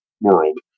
world